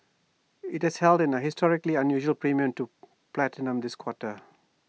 IT has held in A historically unusual premium to platinum this quarter